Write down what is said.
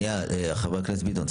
חבר הכנסת ביטון,